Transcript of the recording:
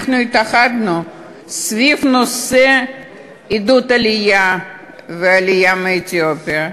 התאחדנו סביב נושא עידוד העלייה והעלייה מאתיופיה.